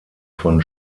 von